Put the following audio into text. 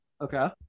Okay